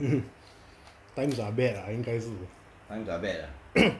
times are bad ah 应该是